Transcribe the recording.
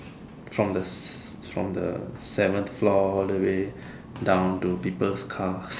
from the from the seventh floor all the way down to people's cars